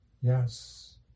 Yes